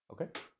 Okay